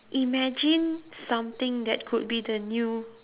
imagine something that could be the new